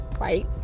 right